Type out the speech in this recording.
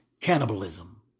cannibalism